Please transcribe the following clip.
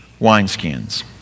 wineskins